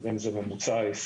לא יודע אם זה הממוצע הישראלי,